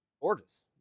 gorgeous